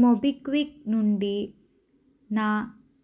MobiKwik నుండి నా